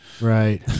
Right